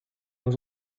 was